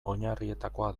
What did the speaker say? oinarrietakoa